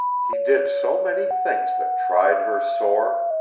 he did so many things that tried her sore.